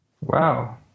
Wow